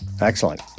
Excellent